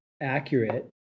accurate